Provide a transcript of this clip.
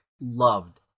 loved